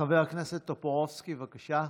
חבר הכנסת טופורובסקי, בבקשה.